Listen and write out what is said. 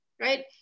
right